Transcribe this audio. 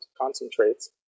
concentrates